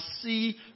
see